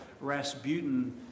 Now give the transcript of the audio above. Rasputin